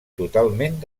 totalment